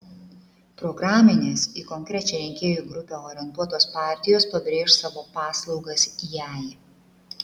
programinės į konkrečią rinkėjų grupę orientuotos partijos pabrėš savo paslaugas jai